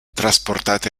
trasportata